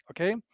okay